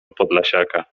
podlasiaka